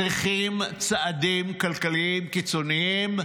צריכים צעדים כלכליים קיצוניים,